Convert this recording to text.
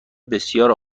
بسیار